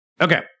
Okay